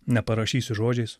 neparašysiu žodžiais